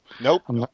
Nope